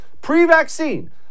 pre-vaccine